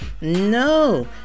No